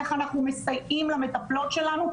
איך אנחנו מסייעים למטפלות שלנו.